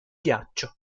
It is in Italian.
ghiaccio